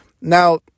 Now